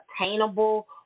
attainable